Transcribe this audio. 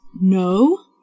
No